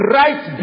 right